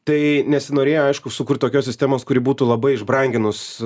tai nesinorėjo aišku sukurt tokios sistemos kuri būtų labai išbranginus